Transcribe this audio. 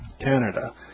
Canada